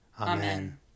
Amen